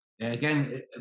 Again